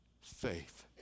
faith